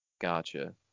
Gotcha